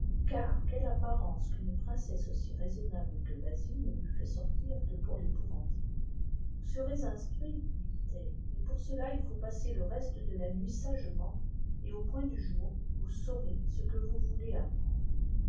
quelle apparence qu'une princesse aussi raisonnable que bazine ne teùt fait sortir que pour l'épouvanter vous serez instruit lui dit-elle mais pour cela il faut passer le reste de la nuit sagement et au point du jour vous saurez ce que vous voulez apprendre